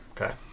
Okay